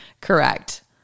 Correct